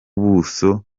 buso